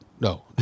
No